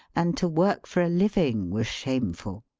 and to work for a living was shameful.